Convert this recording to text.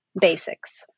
basics